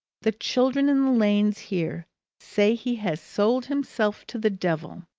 the children in the lanes here say he has sold himself to the devil.